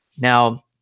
Now